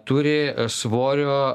turi svorio